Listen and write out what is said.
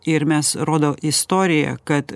ir mes rodo istorija kad